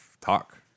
talk